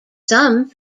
some